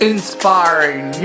Inspiring